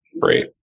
Great